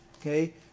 Okay